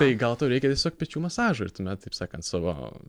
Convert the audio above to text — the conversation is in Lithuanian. tai gal tau reikia tiesiog pečių masažo ir tuomet taip sakant savo